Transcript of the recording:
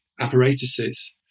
apparatuses